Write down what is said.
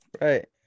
right